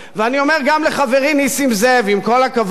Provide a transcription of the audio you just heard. ואני אומר גם לחברי נסים זאב: עם כל הכבוד